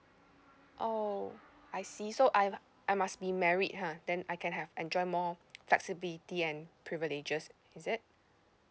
oh I see so I mu~ I must be married ha then I can have enjoy more flexibility and privileges is it